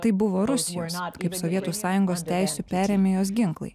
taip buvo rusijoje net kaip sovietų sąjungos teisių perėmėjos ginklai